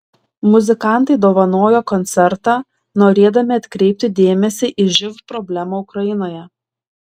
muzikantai dovanojo koncertą norėdami atkreipti dėmesį į živ problemą ukrainoje